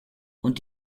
und